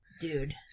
Dude